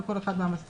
בכל אחד מהמסלולים.